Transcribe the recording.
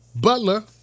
Butler